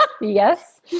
Yes